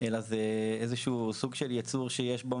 אלא זה איזה שהוא סוג של יצור שיש בו